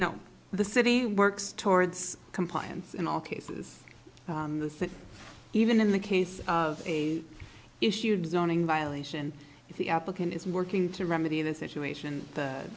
now the city works towards compliance in all cases the thing even in the case of a issued zoning violation if the applicant is working to remedy the situation